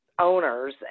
owners